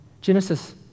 Genesis